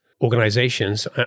organizations